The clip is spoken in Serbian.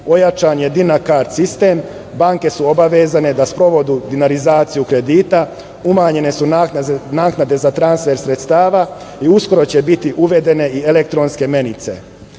ojačan je DinaCard sistem, banke su obavezne da sprovedu dinarizaciju kredita, umanjene su naknadne za transfer sredstva i uskoro će biti uvedene i elektronske menice. Nije